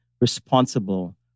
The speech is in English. responsible